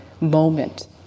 moment